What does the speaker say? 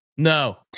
No